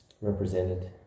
represented